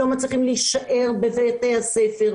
לא מצליחים להישאר בבתי הספר,